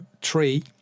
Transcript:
tree